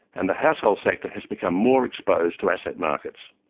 and the household sector has become more exposed to asset markets.